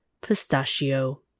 Pistachio